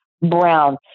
brown